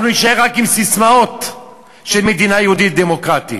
אנחנו נישאר רק עם ססמאות של מדינה יהודית דמוקרטית.